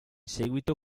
seguito